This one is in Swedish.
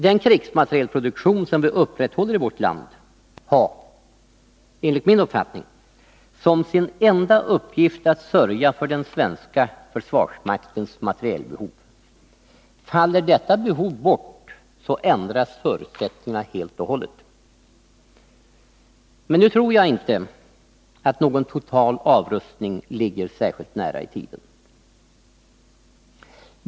Den krigsmaterielproduktion som vi upprätthåller i vårt land har, enligt min uppfattning, som sin enda uppgift att sörja för den svenska försvarsmaktens materielbehov. Faller detta behov bort ändras förutsättningarna helt och hållet. Nu tror jag inte att någon total avrustning ligger särskilt nära i tiden.